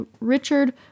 Richard